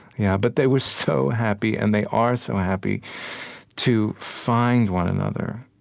yeah. but they were so happy, and they are so happy to find one another.